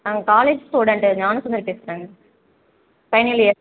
நாங்கள் college student Gnanasundari பேசுகிறேங்க final year